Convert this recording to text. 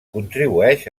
contribueix